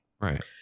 right